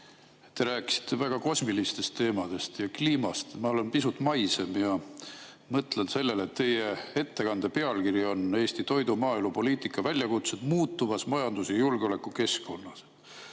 Te rääkisite väga kosmilistest teemadest ja kliimast. Ma olen pisut maisem ja mõtlen sellele, et teie ettekande pealkiri on "Eesti toidu‑ ja maaelupoliitika väljakutsed muutuvas majandus‑ ja julgeolekukeskkonnas".